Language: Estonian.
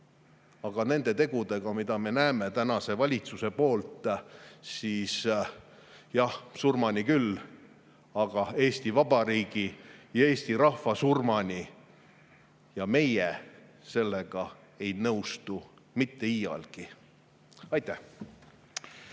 Aga nende tegudega, mida me näeme tänase valitsuse eestvedamisel, jah, surmani küll, aga Eesti Vabariigi ja eesti rahva surmani. Meie sellega ei nõustu mitte iialgi. Aitäh!